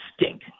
stink